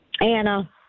Anna